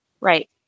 Right